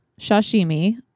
sashimi